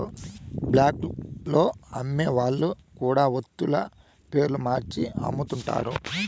black లో అమ్మే వాళ్ళు కూడా వత్తుల పేర్లు మార్చి అమ్ముతుంటారు